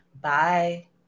Bye